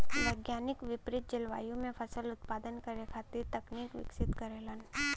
वैज्ञानिक विपरित जलवायु में फसल उत्पादन करे खातिर तकनीक विकसित करेलन